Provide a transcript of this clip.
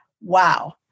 Wow